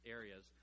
areas